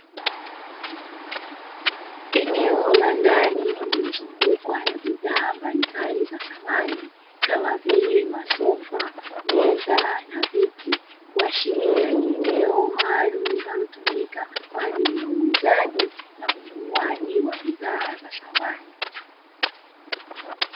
Eneo la ndani lililozungukwa na bidhaa mbalimbali za samani kama vile: masofa, meza na viti, kuashiria ni eneo maalumu linalotumika kwa ajili ya uuzaji na ununuaji wa bidhaa za samani.